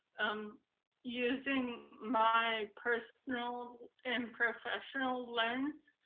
i'm using my personal and professional lens